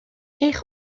est